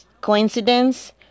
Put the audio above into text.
coincidence